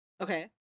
Okay